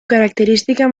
característica